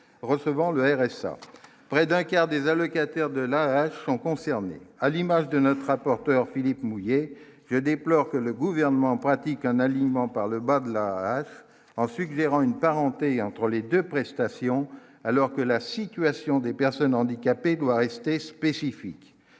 recevant le RSA près d'un quart des allocataires de la rage sont concernés, à l'image de notre rapporteur Philippe mouiller, je déplore que le gouvernement pratique un alignement par le bas de la en suggérant une parenté entre les 2 prestations alors que la situation des personnes handicapées doit rester spécifiques